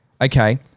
okay